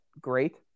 great